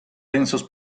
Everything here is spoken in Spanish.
densos